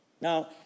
now